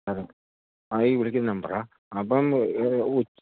അതെ ആ ഈ വിളിക്കുന്ന നമ്പറാണ് അപ്പം